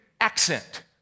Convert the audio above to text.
accent